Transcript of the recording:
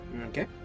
Okay